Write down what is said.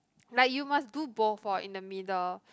like you must do both orh in the middle